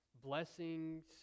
blessings